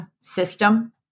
system